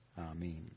amen